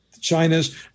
China's